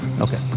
Okay